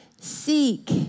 seek